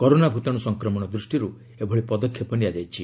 corona ଭୂତାଣୁ ସଂକ୍ରମଣ ଦୃଷ୍ଟିରୁ ଏଭଳି ପଦକ୍ଷେପ ନିଆଯାଇଛି